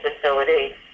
facility